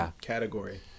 category